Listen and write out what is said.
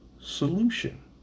solution